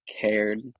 cared